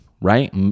right